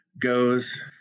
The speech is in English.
goes